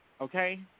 okay